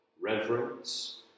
reverence